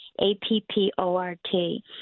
A-P-P-O-R-T